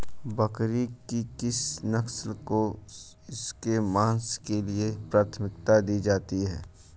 बकरी की किस नस्ल को इसके मांस के लिए प्राथमिकता दी जाती है?